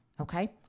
Okay